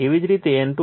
એવી જ રીતે N2 E2 4